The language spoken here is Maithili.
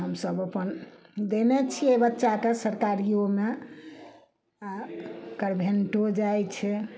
हमसब अपन देने छियै बच्चाके सरकारियोमे आ कनभेंटो जाइ छै